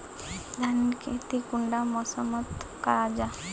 धानेर खेती कुंडा मौसम मोत करा जा?